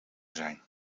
zijn